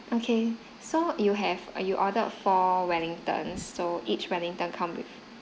okay so you have you ordered for wellington so each wellington come with